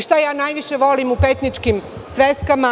Šta ja najviše volim u petničkim sveskama?